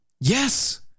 Yes